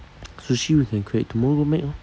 sushi you can create tomorrow go make lor